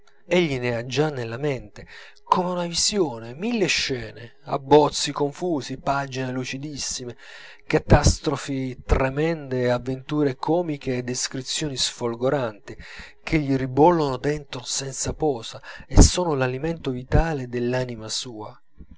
ne ha già nella mente come una visione mille scene abbozzi confusi pagine lucidissime catastrofi tremende e avventure comiche e descrizioni sfolgoranti che gli ribollono dentro senza posa e sono l'alimento vitale dell'anima sua